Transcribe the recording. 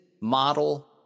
model